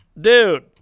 dude